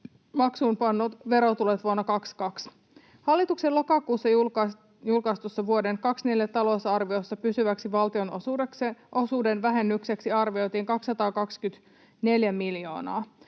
maksuunpannut verotulot vuonna 22. Hallituksen lokakuussa julkaistussa vuoden 24 talousarviossa pysyväksi valtionosuuksien vähennykseksi arvioitiin 224 miljoonaa.